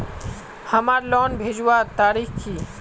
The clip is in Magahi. हमार लोन भेजुआ तारीख की?